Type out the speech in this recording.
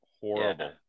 horrible